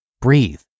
Breathe